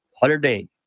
holiday